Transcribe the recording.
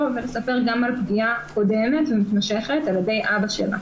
ולספר גם על פגיעה קודמת ומתמשכת על ידי אבא שלה.